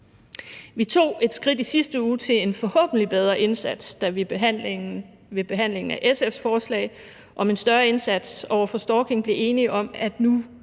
Vi tog et skridt i sidste uge til en forhåbentlig bedre indsats, da vi ved behandlingen af SF's forslag om en større indsats over for stalking blev enige om, at nu